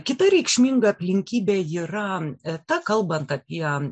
kita reikšminga aplinkybė yra ta kalbant apie